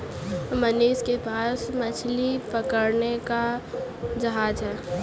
मनीष के पास मछली पकड़ने का जहाज है